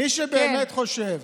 מי שבאמת חושב